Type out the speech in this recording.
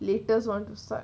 latest one to start